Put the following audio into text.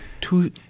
two